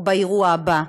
או באירוע הבא,